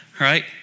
Right